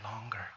longer